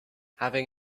having